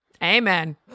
Amen